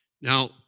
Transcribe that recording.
Now